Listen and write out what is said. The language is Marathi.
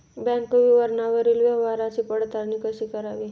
बँक विवरणावरील व्यवहाराची पडताळणी कशी करावी?